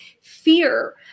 fear